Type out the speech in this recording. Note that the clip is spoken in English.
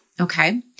Okay